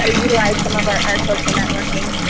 ah utilize some of our our social networking.